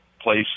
place